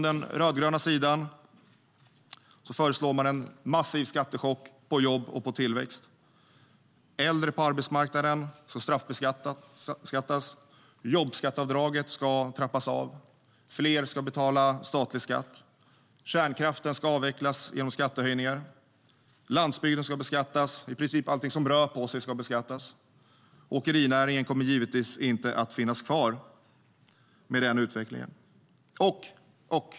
Den rödgröna sidan föreslår en massiv skattechock på jobb och tillväxt. Äldre på arbetsmarknaden ska straffbeskattas, jobbskatteavdraget ska trappas av och fler ska betala statlig skatt. Kärnkraften ska avvecklas genom skattehöjningar, landsbygden ska beskattas och i princip allt som rör sig ska beskattas. Åkerinäringen kommer givetvis inte att finnas kvar med den utvecklingen.